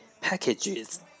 packages